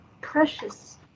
precious